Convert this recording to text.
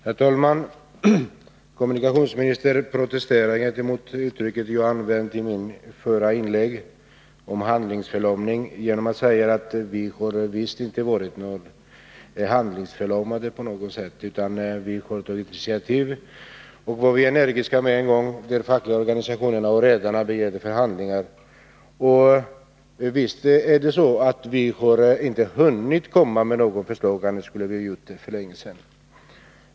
Herr talman! Kommunikationsministern protesterar mot det uttryck jag använde i mitt förra inlägg, nämligen handlingsförlamning. Han säger: Vi har visst inte varit handlingsförlamade på något sätt, utan vi har tagit initiativ och varit energiska med en gång. De fackliga organisationerna och redarna begärde förhandlingar. Visst är det så att vi inte har hunnit komma med något förslag, annars skulle vi ha gjort det för länge sedan.